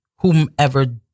whomever